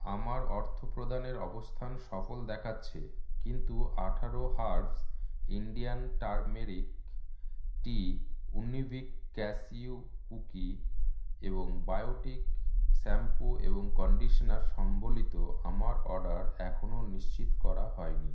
আমার অর্থপ্রদানের অবস্থান সফল দেখাচ্ছে কিন্তু আঠারো herbs Indian turmeric tea Unibic cashew cookie এবং বায়োটিক শ্যাম্পু এবং কন্ডিশনার সম্বলিত আমার অর্ডার এখনও নিশ্চিত করা হয়নি